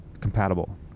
compatible